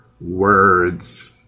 words